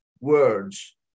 words